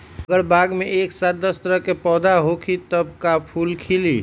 अगर बाग मे एक साथ दस तरह के पौधा होखि त का फुल खिली?